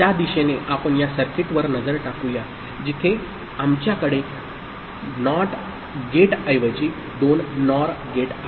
त्या दिशेने आपण या सर्किटवर नजर टाकूया जिथे आमच्याकडे नॉट गेटऐवजी दोन नॉर गेट आहेत